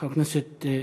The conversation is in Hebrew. חבר הכנסת אדלשטיין,